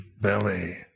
belly